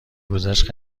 گذشت